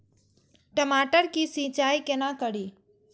टमाटर की सीचाई केना करी?